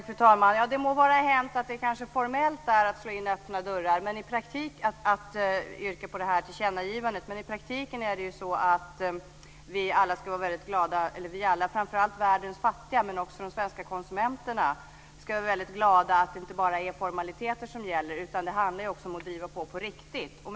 Fru talman! Det må vara hänt att det formellt kanske är som att slå in öppna dörrar att yrka på detta tillkännagivande. Men i praktiken ska framför allt världens fattiga, men också de svenska konsumenterna, vara väldigt glada över att det inte bara är formaliteter som gäller. Det handlar också om att verkligen driva på.